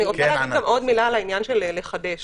אני רוצה להגיד עוד מילה על העניין של לחדש